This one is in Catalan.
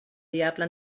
diable